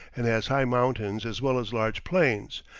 and has high mountains as well as large plains,